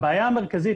הבעיה המרכזית,